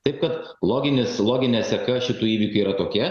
taip kad loginis loginė seka šitų įvykių yra tokia